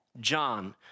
John